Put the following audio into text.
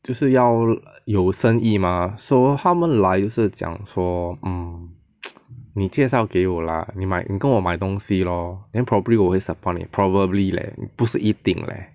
就是要有生意 mah so 他们来是讲说 mm 你介绍给我 lah 你跟我卖东西 lor then probably 我会 support 你 probably leh 不是一定 leh